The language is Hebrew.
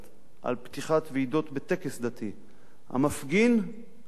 על פתיחת ועידות בטקס דתי המפגין עקשנות